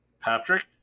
patrick